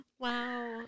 wow